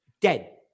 Dead